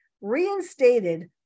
reinstated